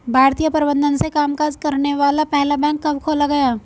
भारतीय प्रबंधन से कामकाज करने वाला पहला बैंक कब खोला गया?